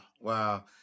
Wow